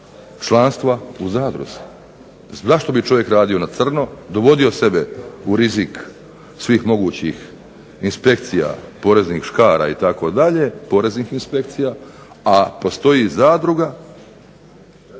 članstva u zadruzi. Zašto bi čovjek radio na crno, dovodio sebe u rizik svih mogućih inspekcija, poreznih škara itd., poreznih inspekcija,